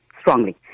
Strongly